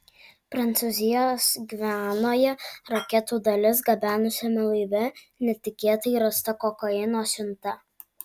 prancūzijos gvianoje raketų dalis gabenusiame laive netikėtai rasta kokaino siunta